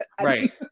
right